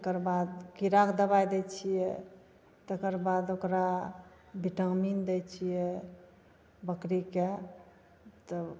तकरबाद कीड़ाके दवाइ दै छिए तकरबाद ओकरा विटामिन दै छिए बकरीके तब